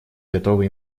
готовы